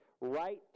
right